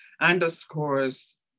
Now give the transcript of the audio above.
underscores